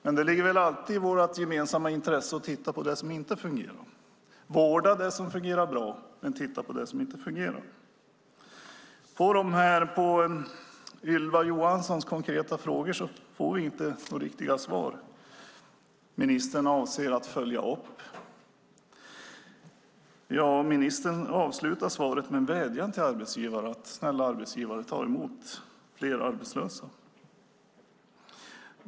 Men det ligger väl alltid i vårt gemensamma intresse att se på det som inte fungerar, att vårda det som fungerar bra och titta på det som inte fungerar. På Ylva Johanssons konkreta frågor får vi inga riktiga svar. Ministern avser att följa upp. Ja, ministern avslutar svaret med en vädjan till arbetsgivarna: Snälla arbetsgivare, ta emot flera arbetslösa!